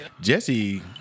Jesse